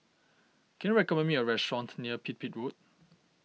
can you recommend me a restaurant near Pipit Road